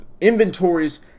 inventories